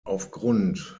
aufgrund